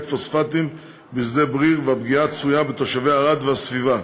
פוספטים בשדה-בריר והפגיעה הצפויה בתושבי ערד והסביבה,